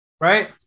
right